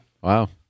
Wow